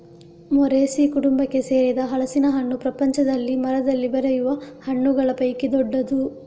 Moraceae ಕುಟುಂಬಕ್ಕೆ ಸೇರಿದ ಹಲಸಿನ ಹಣ್ಣು ಪ್ರಪಂಚದಲ್ಲಿ ಮರದಲ್ಲಿ ಬೆಳೆಯುವ ಹಣ್ಣುಗಳ ಪೈಕಿ ದೊಡ್ಡದು